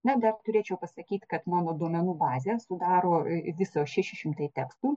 na dar turėčiau pasakyt kad mano duomenų bazę sudaro viso šeši šimtai tekstų